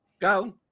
go